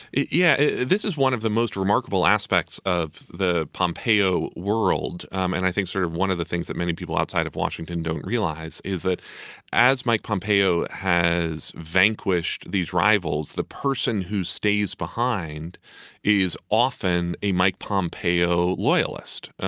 yeah, this is one of the most remarkable aspects of the pompeo world. and i think sort of one of the things that many people outside of washington don't realize is that as mike pompeo has vanquished these rivals, the person who stays behind is often a mike pompeo loyalist.